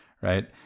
right